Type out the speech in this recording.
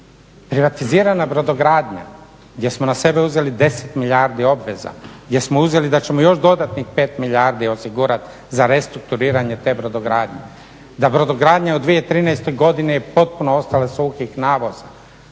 Privatizirana brodogradnja gdje smo na sebe uzeli 10 milijardi obveza, gdje smo uzeli da ćemo još dodatni pet milijardi osigurati za restrukturiranje te brodogradnje, da brodogradnja u 2013.godini je potpuno ostala suhih navoza.